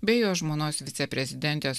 bei jo žmonos viceprezidentės